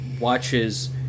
watches